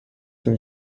تون